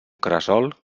cresol